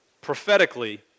prophetically